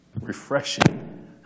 Refreshing